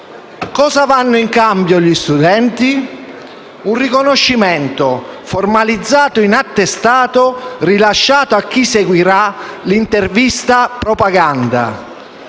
cosa avranno in cambio gli studenti? Un riconoscimento, formalizzato in attestato, rilasciato a chi seguirà l'intervista-propaganda.